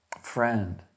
friend